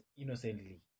innocently